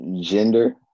gender